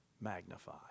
magnify